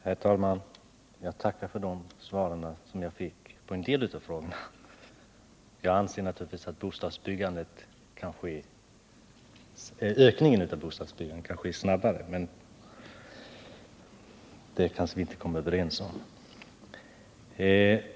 Herr talman! Jag tackar för svaren på en del av mina frågor. Jag anser att ökningen av bostadsbyggandet går snabbare än industriministern anser, men det kanske vi inte kommer överens om.